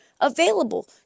available